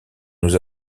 nous